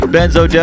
Benzo